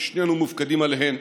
ששנינו מופקדים עליהן,